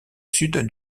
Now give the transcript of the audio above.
sud